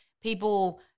people